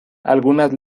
algunas